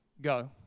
go